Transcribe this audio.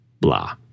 blah